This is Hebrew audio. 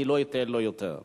אני לא אתן לו אחר כך.